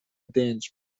دنج